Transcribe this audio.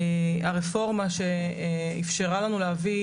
הרפורמה שאיפשרה לנו להביא,